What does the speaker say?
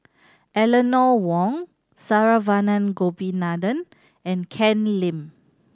Eleanor Wong Saravanan Gopinathan and Ken Lim